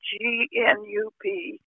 G-N-U-P